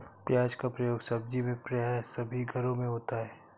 प्याज का प्रयोग सब्जी में प्राय सभी घरों में होता है